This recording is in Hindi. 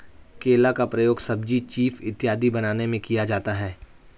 केला का प्रयोग सब्जी चीफ इत्यादि बनाने में किया जाता है